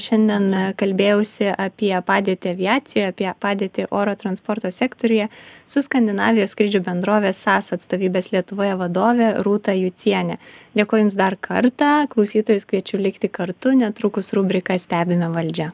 šiandien kalbėjausi apie padėtį aviacijoj apie padėtį oro transporto sektoriuje su skandinavijos skrydžių bendrovės sas atstovybės lietuvoje vadove rūta juciene dėkoju jums dar kartą klausytojus kviečiu likti kartu netrukus rubrika stebime valdžią